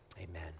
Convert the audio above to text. Amen